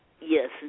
Yes